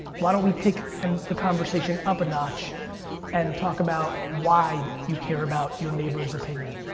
why don't we take and the conversation up a notch and talk about why you care about your neighbor's opinion?